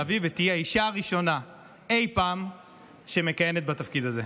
אביב ותהיי האישה הראשונה אי פעם שמכהנת בתפקיד הזה.